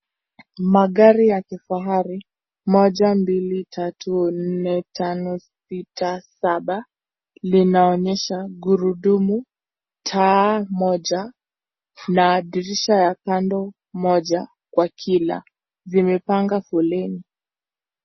Magari ya kifahari moja, mbili ,tatu, nne, tano, sita , saba linaonyesha ghurudumu taa moja na dhirisha ya kando moja kwa kila zimepanga foleni.